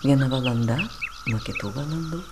viena valanda nuo kitų valandų